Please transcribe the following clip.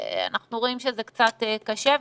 אנחנו רואים שזה קצת קשה.